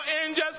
angels